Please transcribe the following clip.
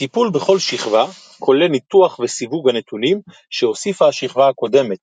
הטיפול בכל שכבה כולל ניתוח וסיווג הנתונים שהוסיפה השכבה הקודמת,